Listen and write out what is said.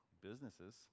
businesses